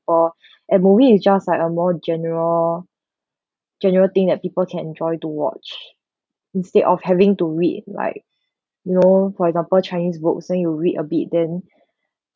and movie is just like a more general general thing that people can enjoy to watch instead of having to read like you know for example chinese books then you read a bit then